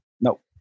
Nope